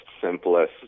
simplest